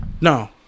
No